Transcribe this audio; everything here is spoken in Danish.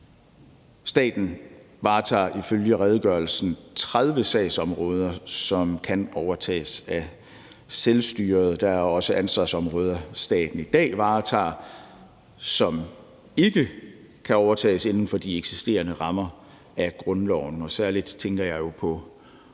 rammer. Staten varetager ifølge redegørelsen 30 sagsområder, som kan overtages af selvstyret. Der er også ansvarsområder, staten i dag varetager, som ikke kan overtages inden for de eksisterende rammer af grundloven. Særlig tænker jeg på